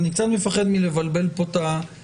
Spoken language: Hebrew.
אני קצת מפחד מלבלבל פה את הציבור.